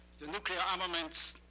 the nuclear armaments